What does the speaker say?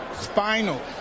spinal